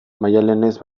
maialenez